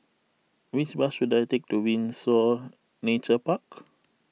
which bus should I take to Windsor Nature Park